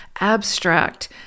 abstract